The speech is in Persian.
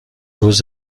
روز